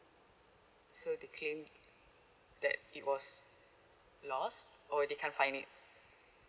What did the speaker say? so they claimed that it was lost or they can't find it